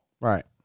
Right